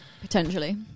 Potentially